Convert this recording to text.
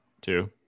Two